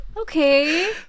Okay